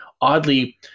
oddly